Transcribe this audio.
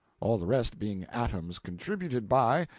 all the rest being atoms contributed by,